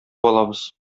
алабыз